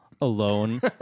Alone